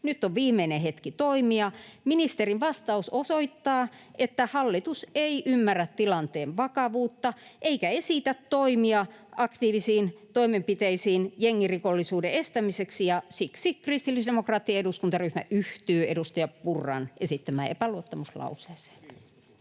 Nyt on viimeinen hetki toimia. Ministerin vastaus osoittaa, että hallitus ei ymmärrä tilanteen vakavuutta eikä esitä toimia aktiivisiin toimenpiteisiin jengirikollisuuden estämiseksi. Siksi kristillisdemokraattinen eduskuntaryhmä yhtyy edustaja Purran esittämään epäluottamuslauseeseen.